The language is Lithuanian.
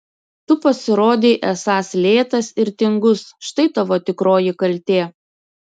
tu pasirodei esąs lėtas ir tingus štai tavo tikroji kaltė